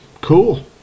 cool